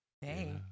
Hey